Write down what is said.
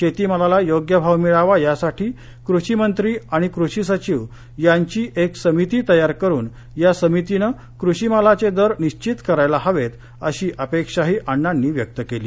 शेती मालाला योग्य भाव मिळावा यासाठी कृषी मंत्री आणि कृषी सचिव यांची एक समिती तयार करून या समितीनं कृषी मालाचे दर निश्वित करायला हवेत अशी अपेक्षाही अण्णांनी व्यक्त केली